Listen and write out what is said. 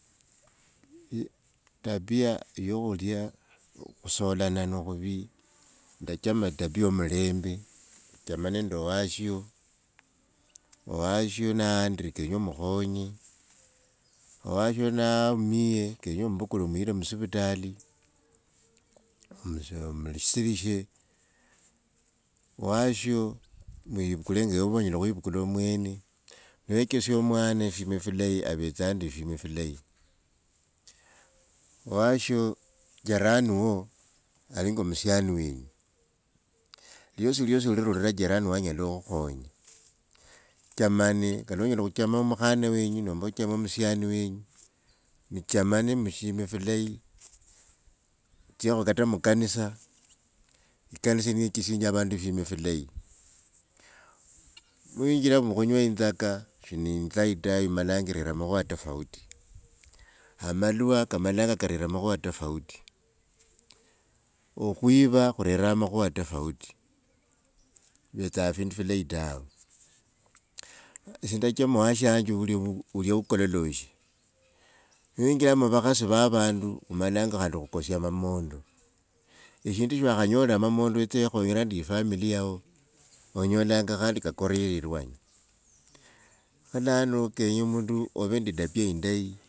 I- itabia yokhulia khusolana no khuvi nachama etabia yo mulembe, chama nende owasho, owasho naandre kenya omukhonye, owasho naumie kenye ombukule omuyile musivitali msi mu- omusilishe. Owasho mwivukule enge khulionye khwivukula omwene, niwechesia omwana fwima fileyi avetsanga nende efwima fileyi. Owasho jirani wo alinga omusiani wenyu, liosiliosi lirura jirani wo anyela khukhonya. chamane kate onyala khuchama omukhana wenyu ombe ochame musiani wenyu. Mchamane mufwima filayi, mutsyekho kata mukanisa, ekanisa niyo yitsisinja efwima filayi. niwinjila mukhunywa itsaka shiniitsai tawe imala ilera makhuva tofauti, amalwa kamalanga karela makhuva tofauti, okhwiva khurela makhuva tofauti, shifivetsa fundu fulayi tawe esie ndachama owashange ulia ukololoshe. Niwinjila muvakhasi va vandu, omalanga khandi okhukosia mamondo eshindu siwakhanyorira amamondo wiche wekhoyera nende efamili yeuwo, onyolanga khandi kakorile ilwanyi kho lano kenya omundu ove ne tabia imdeyi.